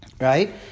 Right